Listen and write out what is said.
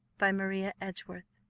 by maria edgeworth.